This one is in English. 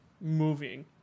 moving